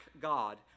God